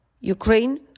Ukraine